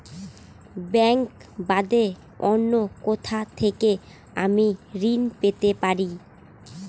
Bank বাদে অন্য কোথা থেকে আমি ঋন পেতে পারি?